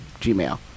Gmail